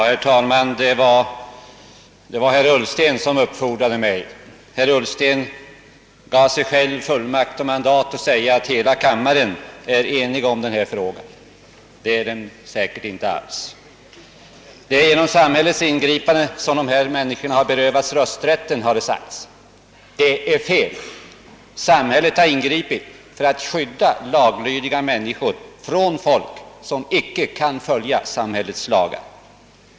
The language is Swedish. Herr talman! Herr Ullsten gav sig själv fullmakt att påstå att hela kammaren är enig i denna fråga. Det är den inte alls. Det är genom samhällets ingripanden som dessa människor har berövats sin rösträtt, har det sagts. Det är fel. Samhället har ingripit för att skydda laglydiga människor för folk som inte kan följa samhällets lagar.